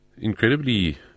Incredibly